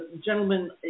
gentlemen